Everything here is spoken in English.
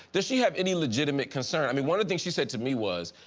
does she have any legitimate concern, i mean one of the things she said to me was,